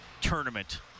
tournament